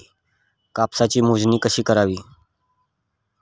कापसाची मोजणी कशी करावी?